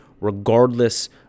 regardless